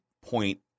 point